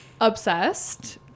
obsessed